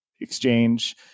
exchange